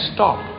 Stop